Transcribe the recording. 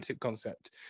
concept